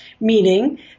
Meaning